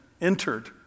entered